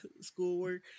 schoolwork